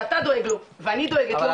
שאתה דואג לו ואני דואגת לו,